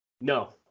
No